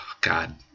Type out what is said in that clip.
God